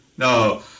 No